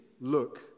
look